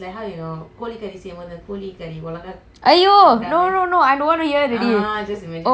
!aiyo! no no no I don't want to hear already oh my god disgusting man